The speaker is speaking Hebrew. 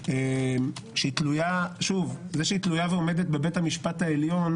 זה שהיא תלויה ועומדת בבית המשפט העליון,